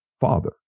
Father